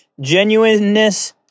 genuineness